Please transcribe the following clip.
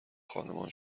خانمان